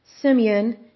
Simeon